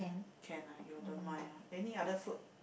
can ah you don't mind ah any other food